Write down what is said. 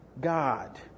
God